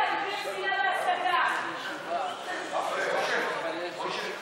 הם עוזרים לך, עשו לך טובה גדולה.